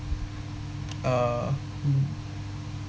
uh